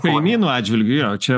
kaimynų atžvilgiu jo čia